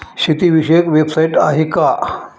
शेतीविषयक वेबसाइट आहे का?